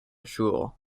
jewel